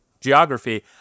Geography